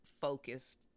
focused